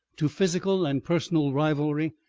to physical and personal rivalry,